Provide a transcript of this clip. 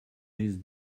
his